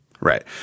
Right